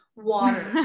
water